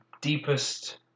deepest